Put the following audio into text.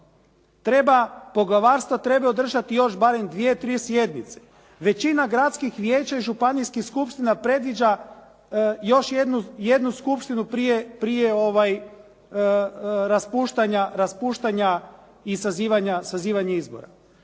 Treba, poglavarstva trebaju održati još barem dvije, tri sjednice. Većina gradskih vijeća i županijskih skupština predviđa još jednu skupštinu prije raspuštanja i sazivanja izbora.